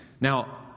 Now